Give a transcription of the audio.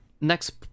Next